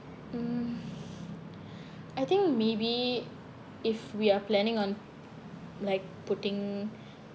mm I think maybe if we are planning on like putting